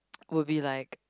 would be like